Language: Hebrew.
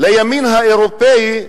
לימין האירופי,